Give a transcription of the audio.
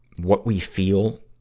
what we feel